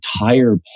entire